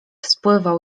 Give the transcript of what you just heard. spływał